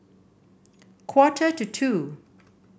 quarter to two